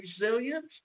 resilience